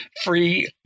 free